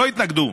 לא התנגדו,